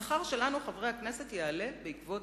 השכר שלנו, חברי הכנסת, יעלה בעקבות